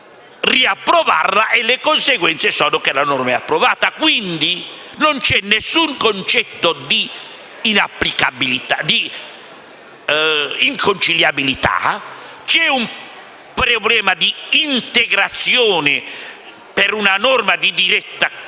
riapprovarlo e le conseguenze sono che la norma è approvata. Quindi, non c'è alcun concetto di inconciliabilità; vi è un problema di integrazione per una norma di diretta